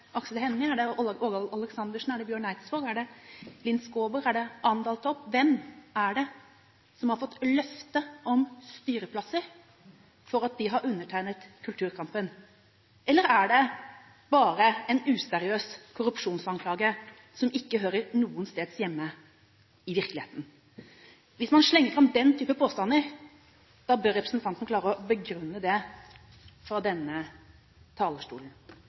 Aksel Hennie, er det Åge Aleksandersen, er det Bjørn Eidsvåg, er det Linn Skåber, er det Ane Dahl Torp? Hvem er det som har fått løfte om styreplasser for at de har undertegnet oppropet om kulturkampen? Eller er det bare en useriøs korrupsjonsanklage som ikke hører noe sted hjemme i virkeligheten? Hvis man slenger fram den type påstander, bør representanten klare å begrunne det fra denne talerstolen.